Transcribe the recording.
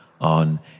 on